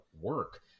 work